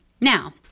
Now